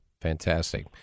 Fantastic